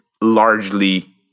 largely